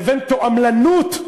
לבין תועמלנות.